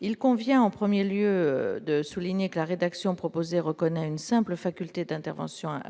il convient en 1er lieu de souligner que la rédaction proposée reconnaît une simple faculté d'intervention à